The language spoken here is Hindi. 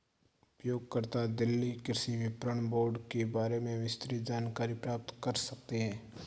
उपयोगकर्ता दिल्ली कृषि विपणन बोर्ड के बारे में विस्तृत जानकारी प्राप्त कर सकते है